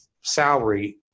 salary